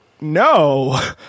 no